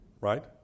right